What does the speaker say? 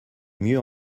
mieux